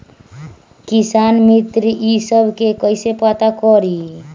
किसान मित्र ई सब मे कईसे पता करी?